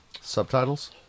Subtitles